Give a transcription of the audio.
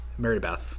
marybeth